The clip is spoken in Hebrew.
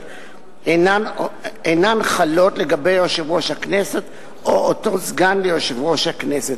אינן חלות לגבי יושב-ראש הכנסת או אותו סגן ליושב-ראש הכנסת".